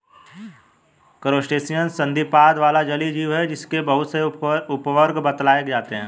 crustacean संधिपाद वाला जलीय जीव है जिसके बहुत से उपवर्ग बतलाए जाते हैं